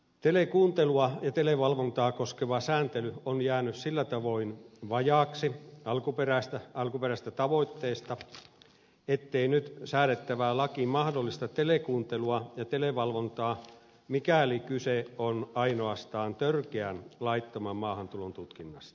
telekuuntelua ja televalvontaan koskeva sääntely on jäänyt sillä tavoin vajaaksi alkuperäisestä tavoitteesta ettei nyt säädettävä laki mahdollista telekuuntelua ja televalvontaa mikäli kyse on ainoastaan törkeän laittoman maahantulon tutkinnasta